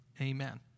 Amen